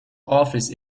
office